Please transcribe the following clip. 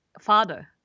father